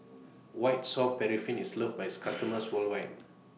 White Soft Paraffin IS loved By its customers worldwide